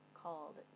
called